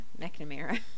McNamara